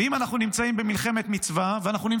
ואם אנחנו נמצאים במלחמת מצווה,